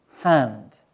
hand